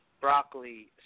broccoli